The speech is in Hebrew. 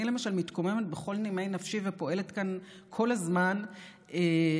אני למשל מתקוממת בכל נימי נפשי ופועלת כאן כל הזמן כדי